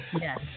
Yes